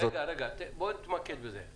בוא נתמקד בזה.